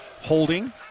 holding